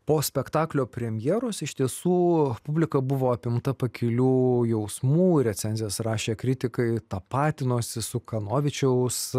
po spektaklio premjeros iš tiesų publika buvo apimta pakilių jausmų recenzijas rašę kritikai tapatinosi su kanovičiaus